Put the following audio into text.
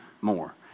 more